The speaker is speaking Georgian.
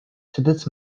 სადაც